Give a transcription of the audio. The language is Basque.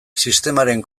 sistemaren